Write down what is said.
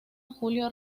julio